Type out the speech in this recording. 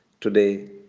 Today